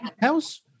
house